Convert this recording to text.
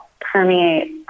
permeate